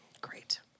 Great